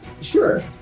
sure